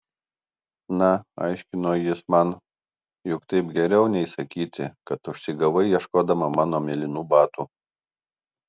na aiškino jis man juk taip geriau nei sakyti kad užsigavai ieškodama mano mėlynų batų